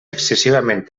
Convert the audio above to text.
excessivament